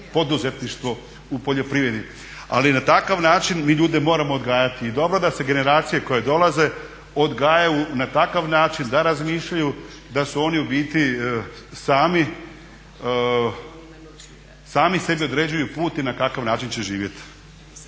poduzetništvo u poljoprivredi. Ali na takav način mi ljude moramo odgajati i dobro da se generacije koje dolaze odgajaju na takav način da razmišljaju da su oni u biti sami sebi određuju put i na kakav način će živjeti.